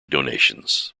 donations